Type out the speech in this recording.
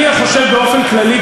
אני חושב באופן כללי,